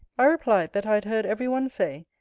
i replied, that i had heard every one say,